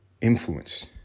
influence